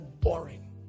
boring